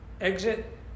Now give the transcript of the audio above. Exit